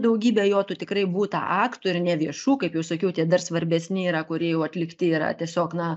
daugybė jo tų tikrai būta aktų ir ne viešų kaip jau sakiau tie dar svarbesni yra kurie jau atlikti yra tiesiog na